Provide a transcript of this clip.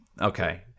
okay